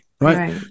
Right